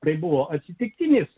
tai buvo atsitiktinis